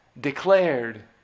declared